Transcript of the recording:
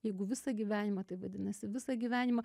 jeigu visą gyvenimą tai vadinasi visą gyvenimą